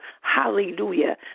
Hallelujah